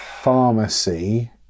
pharmacy